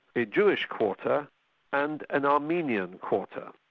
a jewish quarter and an armenian quarter.